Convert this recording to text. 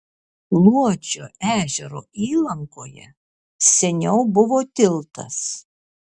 luodžio ežero įlankoje seniau buvo tiltas